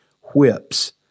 whips